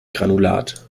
granulat